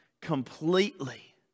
completely